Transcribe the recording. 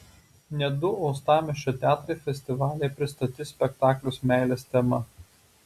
net du uostamiesčio teatrai festivalyje pristatys spektaklius meilės tema